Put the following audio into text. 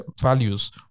values